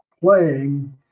playing